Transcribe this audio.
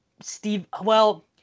Steve—well—